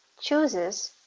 chooses